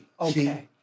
Okay